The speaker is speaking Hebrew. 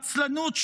עצלנות,